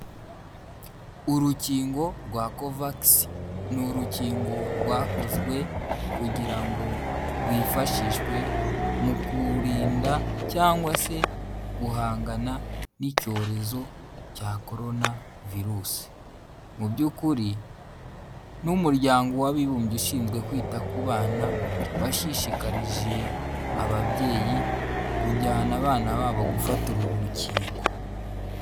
Urukingo rwa covax ni urukingo rwakozwe kugira ngo rwifashishwe mu kurinda cyangwa se guhangana n'icyorezo cya corona virusi. Mu by'ukuri n'umuryango w'abibumbye ushinzwe kwita ku bana washishikarije ababyeyi kujyana abana babo gufata uru rukingo.